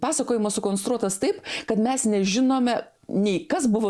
pasakojimas sukonstruotas taip kad mes nežinome nei kas buvo